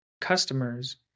customers